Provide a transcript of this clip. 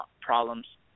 problems